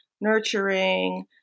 nurturing